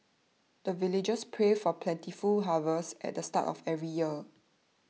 the villagers pray for plentiful harvest at the start of every year